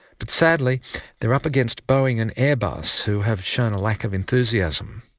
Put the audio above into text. but sadly they are up against boeing and airbus who have shown a lack of enthusiasm.